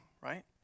right